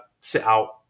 sit-out